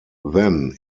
then